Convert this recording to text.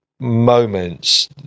moments